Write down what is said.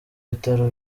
bitaro